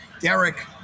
Derek